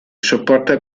sopporta